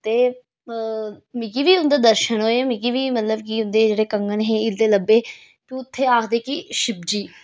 ते मिगी बी उंदे दर्शन होए मिगी बी कि मतलब उंदे जेह्ड़े कंगन हिलदे लब्भे ते उत्थें आखदे कि शिवजी